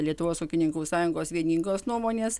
lietuvos ūkininkų sąjungos vieningos nuomonės